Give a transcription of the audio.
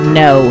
no